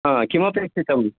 ह किमपेक्षितम्